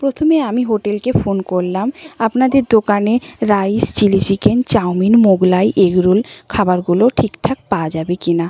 প্রথমে আমি হোটেলকে ফোন করলাম আপনাদের দোকানে rice chilli chicken chowmein Mughlai egg roll খাবারগুলো ঠিকঠাক পাওয়া যাবে কি না